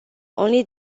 only